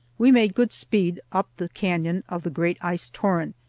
we made good speed up the canon of the great ice-torrent,